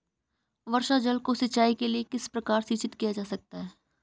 वर्षा जल को सिंचाई के लिए किस प्रकार संचित किया जा सकता है?